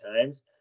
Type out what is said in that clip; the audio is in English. times